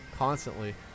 constantly